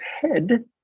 head